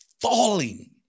falling